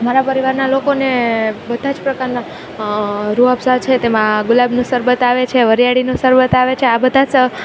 મારા પરિવારના લોકોને બધા જ પ્રકારના રૂઆપસા છે તેમાં ગુલાબનું શરબત આવે છે વરિયાળીનું શરબત આવે છે આ બધા